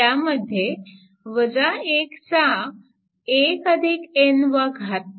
त्यामध्ये चा 1n वा घात आहे